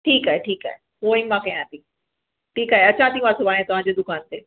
ठीकु आहे ठीकु आहे ऊअं ई मां कयां थी ठीकु आहे अचां थी मां सुभाणे तव्हांजे दुकान ते